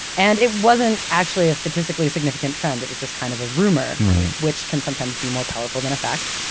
and it wasn't actually a statistically significant trend. it was just kind of rumor right. which can sometimes can be more powerful than a fact.